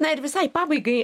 na ir visai pabaigai